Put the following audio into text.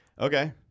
Okay